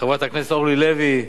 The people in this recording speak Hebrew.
חברת הכנסת אורלי לוי,